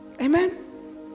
Amen